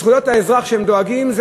זכויות האזרח שהם דואגים להן,